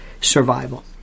survival